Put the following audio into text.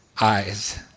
eyes